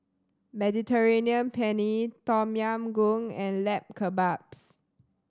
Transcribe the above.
Mediterranean Penne Tom Yam Goong and Lamb Kebabs